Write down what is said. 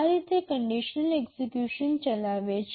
આ રીતે conditional execution ચલાવે છે